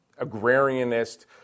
agrarianist